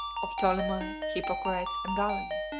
of ptolemy, hippocrates, and galen.